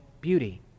beauty